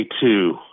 two